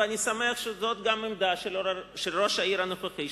ואני שמח שזאת גם העמדה של ראש העיר הנוכחי,